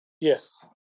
Yes